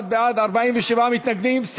61 בעד, 47 מתנגדים.